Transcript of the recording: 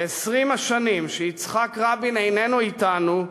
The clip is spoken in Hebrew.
ב-20 השנים שיצחק רבין איננו אתנו,